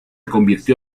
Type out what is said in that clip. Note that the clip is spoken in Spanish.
convirtió